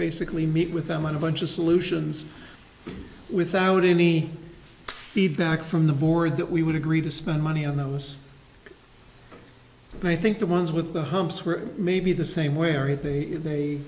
basically meet with them on a bunch of solutions without any feedback from the board that we would agree to spend money on those i think the ones with the humps were maybe the same way aren't they they